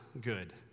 good